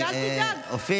אדוני,